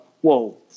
whoa